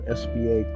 sba